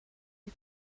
you